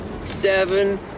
seven